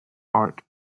art